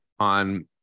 on